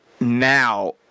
now